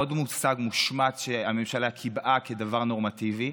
עוד מושג מושמץ שהממשלה קיבעה כדבר נורמטיבי,